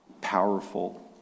powerful